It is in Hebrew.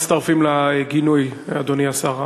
כמובן, מצטרפים לגינוי, אדוני השר.